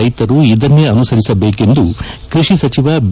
ರೈತರು ಇದನ್ನೇ ಅನುಸುರಿಸಬೇಕೆಂದು ಕೃಷಿ ಸಚಿವ ಬಿ